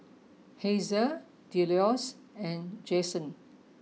Hazel Delois and Jaxon